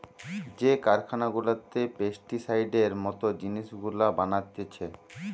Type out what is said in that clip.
যে কারখানা গুলাতে পেস্টিসাইডের মত জিনিস গুলা বানাতিছে